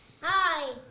Hi